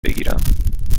بگیرم